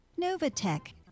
Novatech